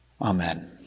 Amen